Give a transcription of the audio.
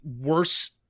worse